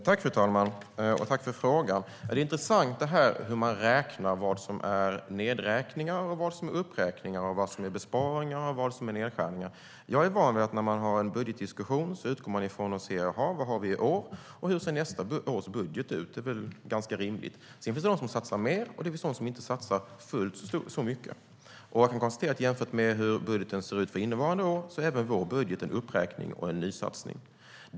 Fru talman! Tack för frågan, Rossana Dinamarca! Det är intressant hur man räknar vad som är nedräkningar och vad som är uppräkningar, vad som är besparingar och vad som är nedskärningar. Jag är van vid att man när man har en budgetdiskussion utgår från vad man har i år och hur nästa års budget ser ut. Det är ganska rimligt. Sedan finns det de som satsar mer och de som inte satsar fullt så mycket. Jämfört med hur budgeten ser ut för innevarande år är även vår budget en uppräkning och en nysatsning.